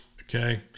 Okay